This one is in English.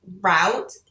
route